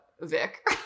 Vic